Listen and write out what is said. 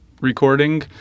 recording